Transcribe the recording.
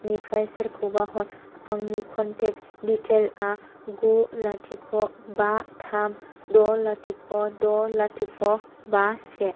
निफ्राय सोरखौबा हर आंनि कन्टेक्ट डिटेलआ गु लाथिख' बा थाम द' लाथिख' द' लाथिख' बा से